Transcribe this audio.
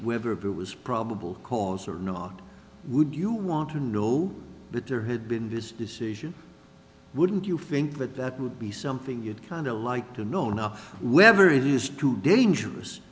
whether it was probable cause or not would you want to know that there had been this decision wouldn't you think that that would be something you'd kind of like to know now wherever it is too dangerous